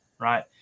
right